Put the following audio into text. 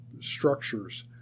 structures